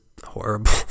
horrible